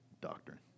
doctrine